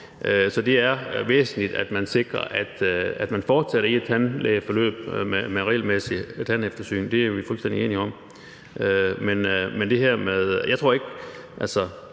år. Det er væsentligt, at vi sikrer, at man fortsætter i et tandlægeforløb med regelmæssige tandeftersyn. Det er vi fuldstændig enige om.